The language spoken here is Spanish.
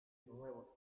nuevos